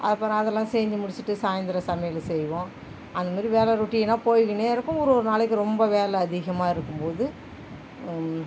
அப்புறம் அதெல்லாம் செஞ்சு முடித்திட்டு சாய்ந்திரம் சமையல் செய்வோம் அந்த மாதிரி வேலை ரொட்டீனாக போய்கினே இருக்கும் ஒரு ஒரு நாளைக்கு ரொம்ப வேலை அதிகமாகருக்கும் போது